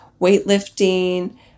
weightlifting